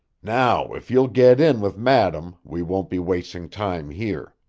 now, if you'll get in with madam we won't be wasting time here.